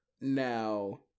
Now